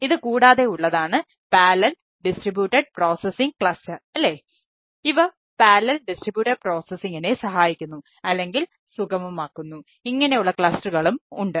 ഇത് കൂടാതെ ഉള്ളതാണ് പാരലൽ ഡിസ്ട്രിബ്യൂട്ടഡ് പ്രോസസിംഗ് ക്ലസ്റ്റർ ഉണ്ട്